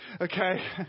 Okay